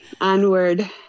Onward